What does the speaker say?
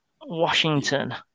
Washington